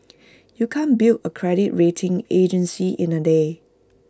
you can't build A credit rating agency in A day